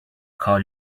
call